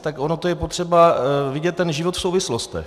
Tak ono je potřeba vidět ten život v souvislostech.